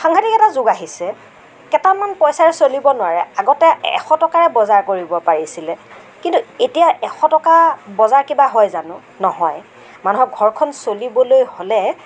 সাংঘাতিক এটা যুগ আহিছে কেইটামান পইচাৰে চলিব নোৱাৰে আগতে এশ টকাৰে বজাৰ কৰিব পাৰিছিলে কিন্তু এতিয়া এশ টকা বজাৰ কিবা হয় জানো নহয় মানুহক ঘৰখন চলিবলৈ হ'লে